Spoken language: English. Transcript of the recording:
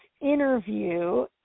interview